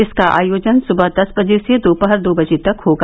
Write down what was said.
इसका आयोजन सुबह दस बजे से दोपहर दो बजे तक होगा